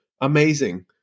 Amazing